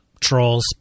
trolls